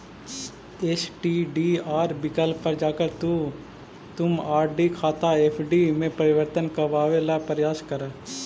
STDR विकल्प पर जाकर तुम आर.डी खाता एफ.डी में परिवर्तित करवावे ला प्रायस करा